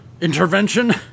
intervention